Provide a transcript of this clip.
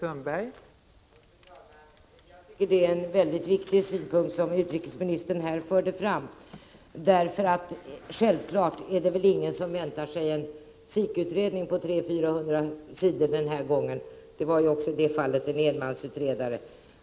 Fru talman! Jag tycker att utrikesministern förde fram en mycket viktig synpunkt. Självfallet är det väl ingen som den här gången väntar att det skall bli en SIK-utredning på 300-400 sidor. Förra gången var det också en enmansutredare.